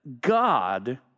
God